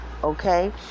okay